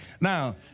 Now